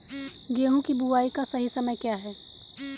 गेहूँ की बुआई का सही समय क्या है?